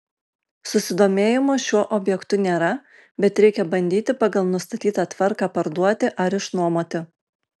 susidomėjimo šiuo objektu nėra bet reikia bandyti pagal nustatytą tvarką parduoti ar išnuomoti